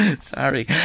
Sorry